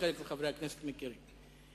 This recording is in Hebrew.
וחלק מחברי הכנסת מכירים,